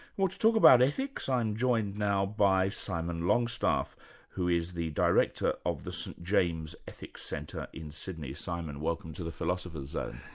well to talk about ethics i'm joined now by simon longstaff who is the director of the st james ethic centre in sydney. simon, welcome to the philosopher's zone.